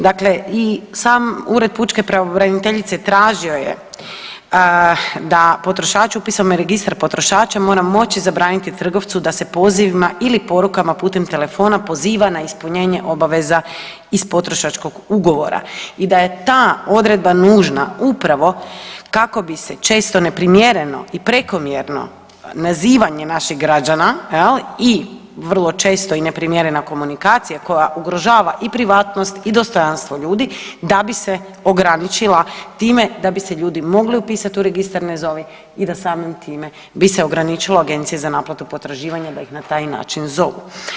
Dakle, i sam ured pučke pravobraniteljice tražio je da potrošač upisom u registar potrošača mora moći zabraniti trgovcu da se pozivima ili porukama putem telefona poziva na ispunjenje obaveza iz potrošačkog ugovora i da je ta odredba nužna upravo kako bi se često neprimjereno i prekomjerno nazivanje naših građana i vrlo često i neprimjerena komunikacija koja ugrožava i privatnost i dostojanstvo ljudi da bi se ograničila time da bi se ljudi mogli upisati u registar Ne zovi i da samim time bi se ograničilo agencije za naplatu potraživanja da ih na taj način zovu.